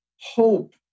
hope